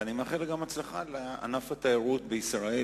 ואני מאחל גם הצלחה לענף התיירות בישראל,